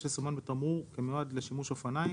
8 ו-11"; (2) בטור ג'- (א) האמור בו יסומן "(א)",